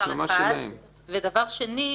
דבר שני,